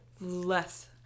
Less